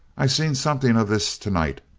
i seen something of this to-night.